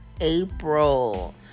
April